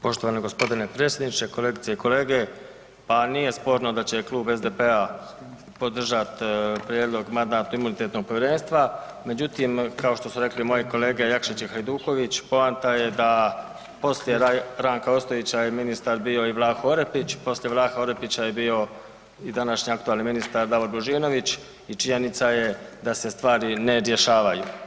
Poštovani gospodine predsjedniče, kolegice i kolege, pa nije sporno da će Klub SDP-a podržati prijedlog Mandatno-imunitetnog povjerenstva međutim kao što su rekli moje kolege Jakšić i Hajduković poanta je da poslije Ranka Ostojića je ministar bio i Vlaho Orepić, poslije Vlahe Orepića je bio i današnji aktualni ministar Davor Božinović i činjenica je da se stvari ne rješavaju.